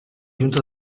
junta